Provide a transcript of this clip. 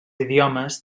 idiomes